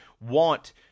want